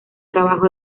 trabajo